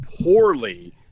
poorly